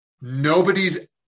Nobody's